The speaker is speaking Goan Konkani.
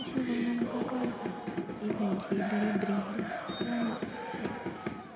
तशें करून आमकां कळटा की खंयची बरी ब्रीड किंवां ना तें